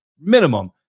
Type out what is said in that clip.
minimum